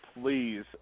please